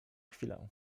chwilę